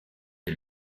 est